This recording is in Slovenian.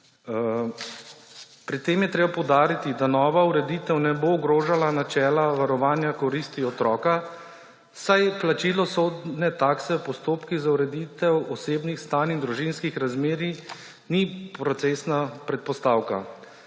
Pri tem je treba poudariti, da nova ureditev ne bo ogrožala načela varovanja koristi otroka, saj plačilo sodne takse v postopkih za ureditev osebnih stanj in družinskih razmerij ni procesna predpostavka.